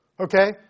okay